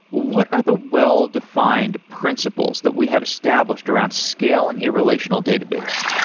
what are the well-defined principles that we have established around scaling a relational database?